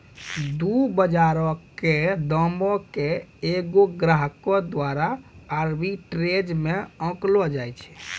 दु बजारो के दामो के एगो ग्राहको द्वारा आर्बिट्रेज मे आंकलो जाय छै